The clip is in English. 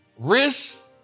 Risk